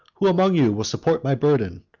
who among you will support my burden?